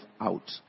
out